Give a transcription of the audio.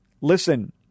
Listen